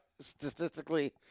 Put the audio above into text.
Statistically